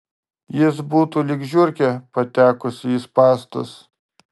jis būtų lyg žiurkė patekusi į spąstus